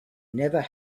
never